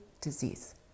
disease